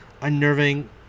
unnerving